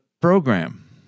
program